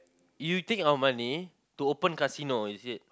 you take our money to open casino is it